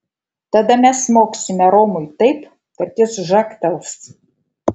tada mes smogsime romui taip kad jis žagtels